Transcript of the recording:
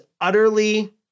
utterly